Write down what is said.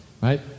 Right